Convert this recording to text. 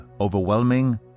overwhelming